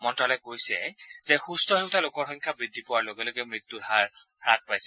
মন্ত্যালয়ে কৈছে যে সুস্থ হৈ উঠা লোকৰ সংখ্যা বৃদ্ধি পোৱাৰ লগে লগে মৃত্যুৰ হাৰ হাস পাইছে